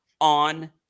on